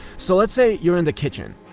so let's say you're in the kitchen,